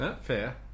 Fair